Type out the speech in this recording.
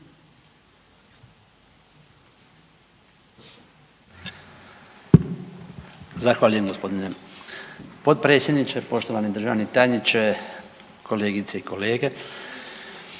Zahvaljujem gospodine potpredsjedniče, poštovani državni tajniče, kolegice i kolege.